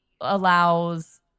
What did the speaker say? allows